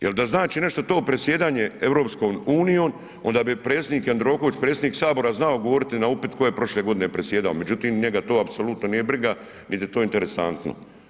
Jer da znači nešto to predsjedanje EU onda bi predsjednik Jandroković, predsjednik sabora znao odgovoriti na upit tko je prošle godine predsjedao, međutim njega to apsolutno nije briga niti je to interesantno.